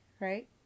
right